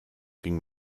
ging